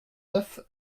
neuf